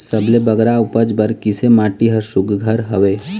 सबले बगरा उपज बर किसे माटी हर सुघ्घर हवे?